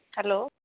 hello